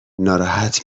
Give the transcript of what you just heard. ناراحت